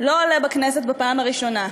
לא עולה בכנסת בפעם הראשונה.